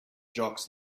jocks